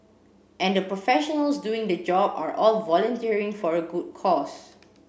and the professionals doing the job are all volunteering for a good cause